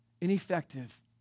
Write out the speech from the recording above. ineffective